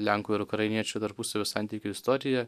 lenkų ir ukrainiečių tarpusavio santykių istorija